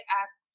ask